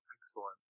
excellent